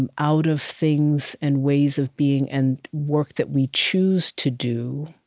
and out of things and ways of being and work that we choose to do.